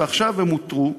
ועכשיו הם הותרו.